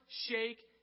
shake